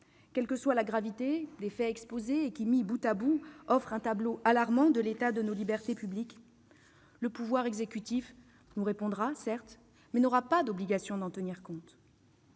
quelle que soit la gravité des faits exposés, qui, mis bout à bout, offrent un tableau alarmant de l'état de nos libertés publiques, le pouvoir exécutif nous répondra, certes, mais n'aura aucune obligation d'en tenir compte.